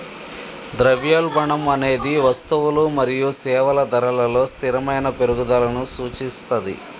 ద్రవ్యోల్బణం అనేది వస్తువులు మరియు సేవల ధరలలో స్థిరమైన పెరుగుదలను సూచిస్తది